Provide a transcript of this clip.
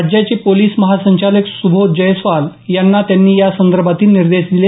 राज्याचे पोलीस महासंचालक सुबोध जयस्वाल यांना त्यांनी या संदर्भातील निर्देश दिले